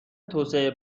توسعه